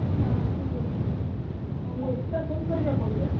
ହଁ ମ୍ୟାଡ଼ମ୍ ଠିକ ଅଛି ହେଉ ମୁଁ ଏହି ଭିତରେ ଫୋନ କରିବି ଆପଣଙ୍କୁ